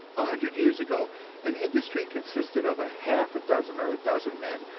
a hundred years ago an industry consisted of a half a dozen or a dozen men,